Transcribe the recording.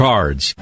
Cards